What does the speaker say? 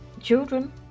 children